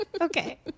okay